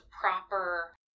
proper